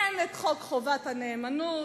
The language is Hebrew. אין חוק חובת הנאמנות,